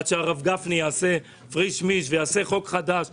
עד שהרב גפני יעשה פריש-מיש ויעשה חוק חדש --- רגע,